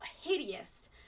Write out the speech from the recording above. hideous